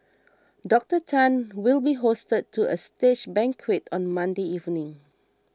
Doctor Tan will be hosted to a state banquet on Monday evening